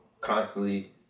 constantly